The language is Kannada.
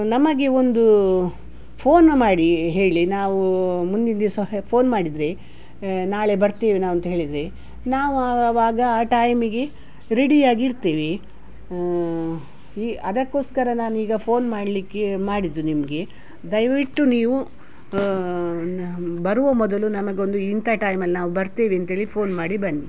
ನಮಗೆ ಒಂದು ಫೋನು ಮಾಡಿ ಹೇಳಿ ನಾವು ಮುಂದಿನ ದಿವಸ ಹೆ ಫೋನ್ ಮಾಡಿದರೆ ನಾಳೆ ಬರ್ತೀವಿ ನಾವು ಅಂತ ಹೇಳಿದರೆ ನಾವು ಆವಾಗ ಆ ಟೈಮಿಗೆ ರೆಡಿಯಾಗಿ ಇರ್ತೀವಿ ಈ ಅದಕ್ಕೋಸ್ಕರ ನಾನೀಗ ಫೋನ್ ಮಾಡಲಿಕ್ಕೆ ಮಾಡಿದ್ದು ನಿಮಗೆ ದಯವಿಟ್ಟು ನೀವು ನ ಬರುವ ಮೊದಲು ನಮಗೊಂದು ಇಂಥ ಟೈಮಲ್ಲಿ ನಾವು ಬರ್ತೀವಿ ಅಂತೇಳಿ ಫೋನ್ ಮಾಡಿ ಬನ್ನಿ